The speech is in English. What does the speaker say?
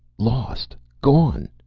lost! gone!